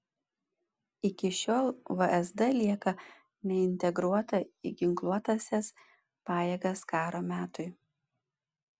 iki šiol vsd lieka neintegruota į ginkluotąsias pajėgas karo metui